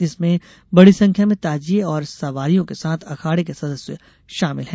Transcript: जिसमें बडी संख्या में ताजिये और सवारियों के साथ अखाडे के संदस्य शामिल हैं